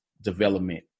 development